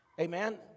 Amen